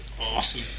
Awesome